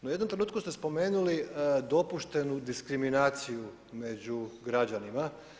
No, u jednom trenutku ste spomenuli dopuštenu diskriminaciju među građanima.